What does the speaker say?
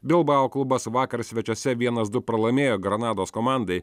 bilbao klubas vakar svečiuose vienas du pralaimėjo granados komandai